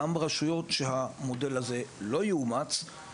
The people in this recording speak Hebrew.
גם הרשויות שהמודל הזה לא יאומץ בהן,